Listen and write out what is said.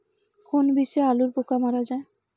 কোন বিষে আলুর পোকা মারা যায়?